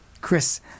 Chris